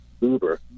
Uber